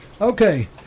Okay